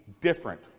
different